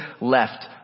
left